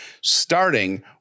starting